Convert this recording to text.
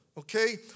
Okay